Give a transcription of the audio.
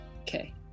Okay